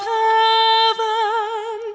heaven